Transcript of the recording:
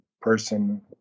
person